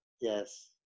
Yes